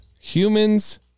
Humans